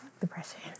depression